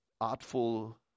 artful